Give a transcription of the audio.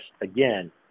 again